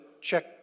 check